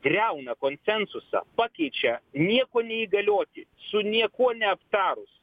griauna konsensusą pakeičia nieko neįgalioti su niekuo neaptarus